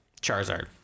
Charizard